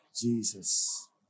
Jesus